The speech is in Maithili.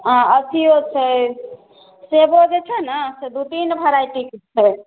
हँ अथियो छै सेबो जे छै ने से दू तीन वेराइटीके छै